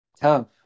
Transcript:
tough